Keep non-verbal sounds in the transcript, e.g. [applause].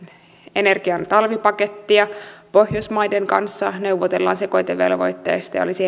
energian talvipakettia pohjoismaiden kanssa neuvotellaan sekoitevelvoitteesta ja olisi [unintelligible]